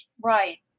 Right